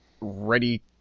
ready